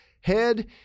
Head